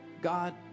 God